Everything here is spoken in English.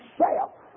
self